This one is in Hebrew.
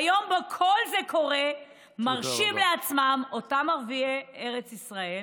ביום שבו כל זה קורה מרשים לעצמם אותם ערביי ארץ ישראל